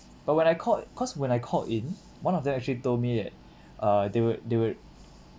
but when I called cause when I called in one of them actually told me that uh they would they would